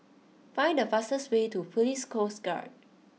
find the fastest way to Police Coast Guard